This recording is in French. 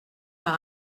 par